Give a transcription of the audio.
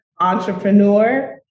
entrepreneur